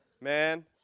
Man